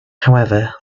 however